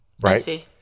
Right